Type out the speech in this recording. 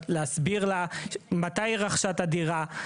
להסביר לה מתי היא רכשה את הדירה,